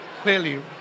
Clearly